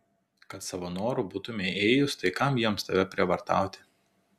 kad savo noru būtumei ėjus tai kam jiems tave prievartauti